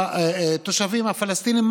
התושבים הפלסטינים,